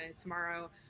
tomorrow